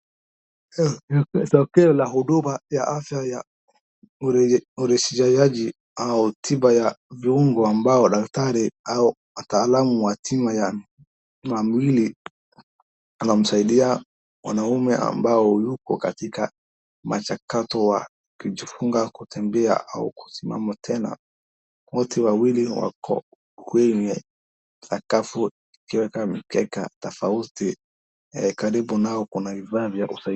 Tokeo la huduma ya afya ya urejeshaji au tiba ya viungo ambao daktari au wataalamu wa tiba ya mwili anamsaidia mwanaume ambaye yuko katika mchakato wa kujifunza kutembea au kusimama tena. Wote wawili wako kwenye sakafu wakiweka mkeka tofauti, karibu nao kuna vifaa vya usaidizi.